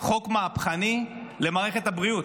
חוק מהפכני למערכת הבריאות.